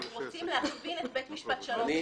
אנחנו רוצים להגביל את בית משפט שלום.